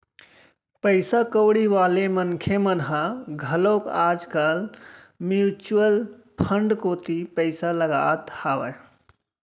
पइसा कउड़ी वाले मनखे मन ह घलोक आज कल म्युचुअल फंड कोती पइसा लगात हावय